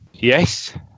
Yes